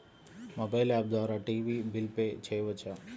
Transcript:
Mobile app ద్వారా TV bill pay చేయవచ్చా?